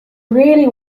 really